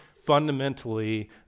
fundamentally